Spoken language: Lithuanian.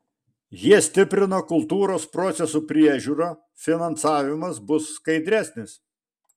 jie stiprina kultūros procesų priežiūrą finansavimas bus skaidresnis